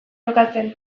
jokatzen